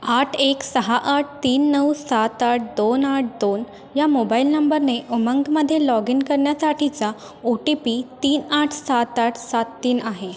आठ एक सहा आठ तीन नऊ सात आठ दोन आठ दोन ह्या मोबाइल नंबरने उमंगमध्ये लॉग इन करण्यासाठीचा ओ टी पी तीन आठ सात आठ सात तीन आहे